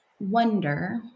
Wonder